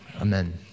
Amen